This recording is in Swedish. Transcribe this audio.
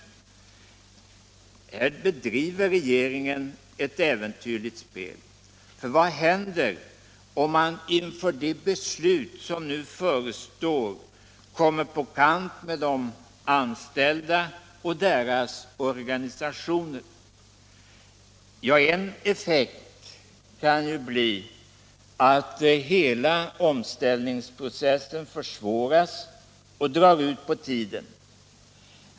Här bedriver regeringen ett äventyrligt spel. För vad händer om man inför de beslut som nu förestår kommer på kant med de anställda och deras organisationer? Ja, en effekt kan ju bli att hela omställningsprocessen försvåras och drar ut på tiden.